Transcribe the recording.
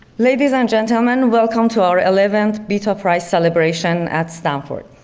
ladies and gentlemen welcome to our eleventh bita prize celebration at stanford.